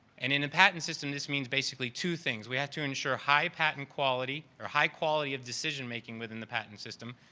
and in the patent system this means basically two things, we have to ensure high patent quality, or high quality of decision making within the patent system,